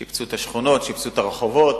שיפצו את השכונות, שיפצו את הרחובות.